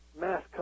mass